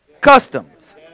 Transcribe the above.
Customs